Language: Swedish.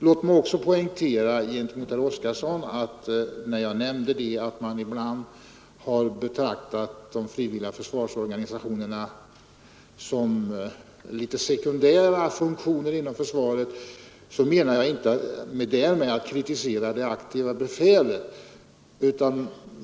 Jag vill också poängtera, herr Oskarson, att när jag nämnde att man ibland har betraktat de frivilliga försvarsorganisationerna som något sekundära funktioner inom försvaret, avsåg jag inte därmed att kritisera det aktiva befälet.